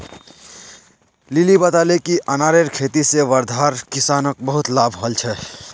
lily बताले कि अनारेर खेती से वर्धार किसानोंक बहुत लाभ हल छे